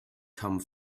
come